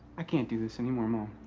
i can't do this anymore, mom.